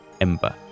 Ember